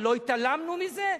אבל לא התעלמנו מזה,